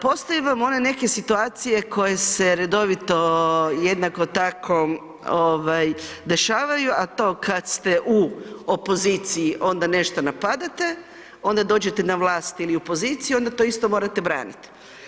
Postoje vam one neke situacije koje se redovito jednako tako dešavaju, a to kad ste u opoziciji onda nešto napadate, onda dođete na vlast ili u poziciju, onda to isto morate braniti.